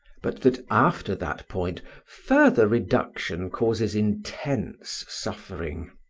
but that after that point further reduction causes intense suffering.